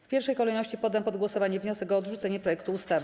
W pierwszej kolejności poddam pod głosowanie wniosek o odrzucenie projektu ustawy.